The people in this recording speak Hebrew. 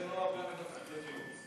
גם זה לא בהרבה בתפקיד ניהול.